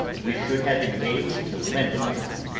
we should have engaged to lend it to him,